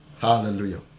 Hallelujah